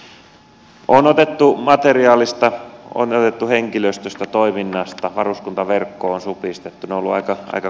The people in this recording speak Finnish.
on otettu materiaalista on otettu henkilöstöstä toiminnasta varuskuntaverkkoa on supistettu